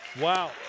Wow